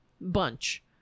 bunch